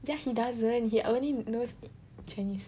ya he doesn't he only knows Chinese